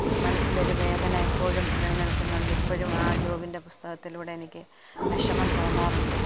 മനസ്സിലൊരു വേദന എപ്പോഴും നിലനിൽക്കുന്നുണ്ട് ഇപ്പോഴും ആ ജോബിൻ്റെ പുസ്തകത്തിലൂടെ എനിക്ക് വിഷമം തോന്നാറുണ്ട്